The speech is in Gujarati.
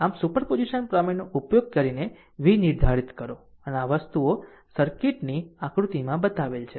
આમ સુપરપોઝિશન પ્રમેયનો ઉપયોગ કરીને v નિર્ધારિત કરો આ વસ્તુઓ સર્કિટની આકૃતિમાં બતાવેલ છે